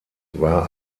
war